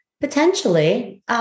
Potentially